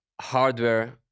hardware